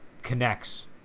connects